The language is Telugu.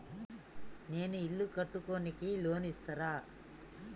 నేను ఇల్లు కట్టుకోనికి లోన్ ఇస్తరా?